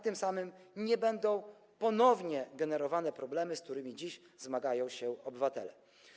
Tym samym nie będą ponownie generowane problemy, z którymi dziś zmagają się obywatele.